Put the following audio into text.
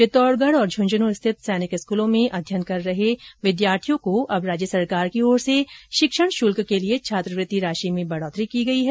चित्तौड़गढ़ और झुन्झुनू स्थित सैनिक स्कूलों में अध्ययनरत राजस्थानी विद्यार्थियों को अब राज्य सरकार की ओर से शिक्षण शुल्क के लिए छात्रवृति राशि में बढ़ोत्तरी की गई है